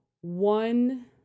one